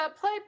play